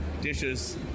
dishes